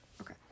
okay